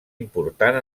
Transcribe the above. important